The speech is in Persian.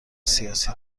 سیاسی